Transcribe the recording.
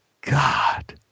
God